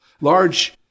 large